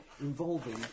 involving